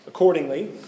Accordingly